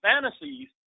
fantasies